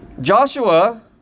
Joshua